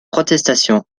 protestations